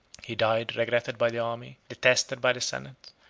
he died regretted by the army, detested by the senate,